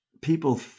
people